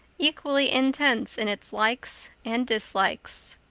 equally intense in its likes and dislikes.